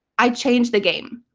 i changed the game.